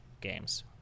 games